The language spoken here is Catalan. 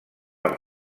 per